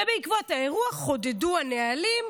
ובעקבות האירוע חודדו הנהלים,